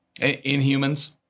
Inhumans